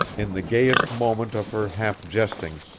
in the gayest moment of her half-jesting,